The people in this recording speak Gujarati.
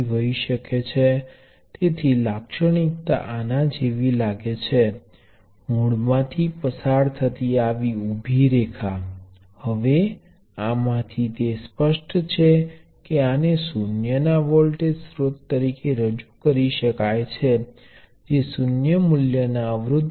અને સમાંતર કનેક્શન કેસ આનો પ્રતિરૂપ ભાગ છે વોલ્ટેજ સ્ત્રોત નું સમાંતર જોડાણ અસમાન મૂલ્યો માટે માન્ય નથી